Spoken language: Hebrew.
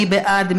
מי בעד?